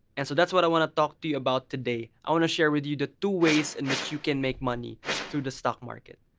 and so that's what i want to talk to you about today. i want to share with you the two ways in which you can make money through the stock market.